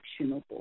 actionable